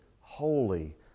holy